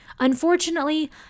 Unfortunately